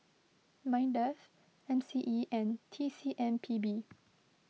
Mindef M C E and T C M P B